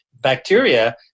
bacteria